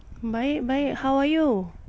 baik baik how are you